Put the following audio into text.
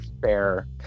fair